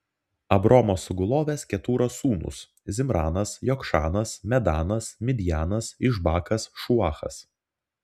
abraomo sugulovės ketūros sūnūs zimranas jokšanas medanas midjanas išbakas šuachas